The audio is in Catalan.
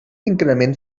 increment